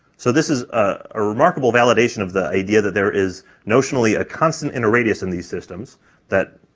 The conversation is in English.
so this is a remarkable validation of the idea that there is notionally a constant inner radius in these systems that,